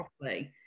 properly